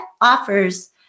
offers